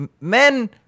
men